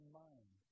mind